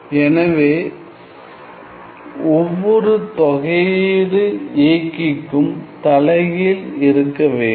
எனவே ஒவ்வொரு தொகை இயக்கிக்கும் தலைகீழ் இருக்க வேண்டும்